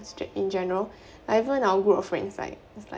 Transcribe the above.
in general like even our group of friends like is like